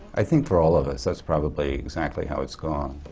i think for all of us, that's probably exactly how it's gone.